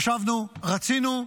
חשבנו, רצינו,